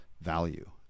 value